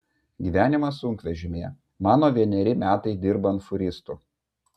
gyvenimas sunkvežimyje mano vieneri metai dirbant fūristu